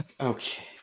Okay